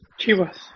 Chivas